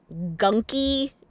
gunky